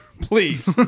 Please